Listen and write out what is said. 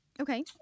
Okay